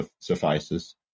suffices